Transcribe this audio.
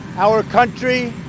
our country.